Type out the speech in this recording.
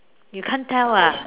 you can't tell ah